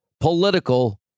political